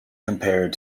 compared